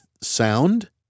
sound